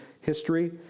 history